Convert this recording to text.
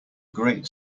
great